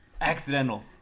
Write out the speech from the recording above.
Accidental